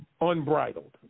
unbridled